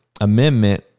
amendment